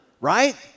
right